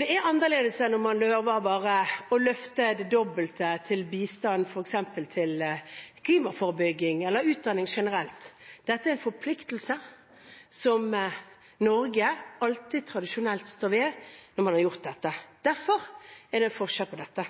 Det er annerledes enn om man bare lover det dobbelte i bistand til f.eks. klimaforebygging eller utdanning generelt. Dette er en forpliktelse som Norge alltid tradisjonelt har stått ved når man har lovet det. Derfor er det en forskjell på dette.